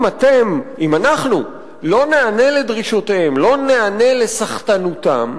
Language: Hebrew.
אם אנחנו לא ניענה לדרישותיהם, לא ניענה לסחטנותם,